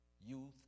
youth